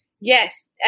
Yes